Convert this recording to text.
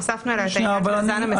הוספנו אליה את העניין של הזן המסוכן.